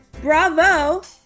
bravo